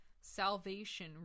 Salvation